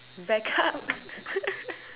back up